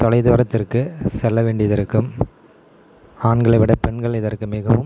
தொலைதூரத்திற்கு சொல்ல வேண்டியதிற்கும் ஆண்களை விட பெண்கள் இதற்கு மிகவும்